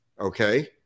okay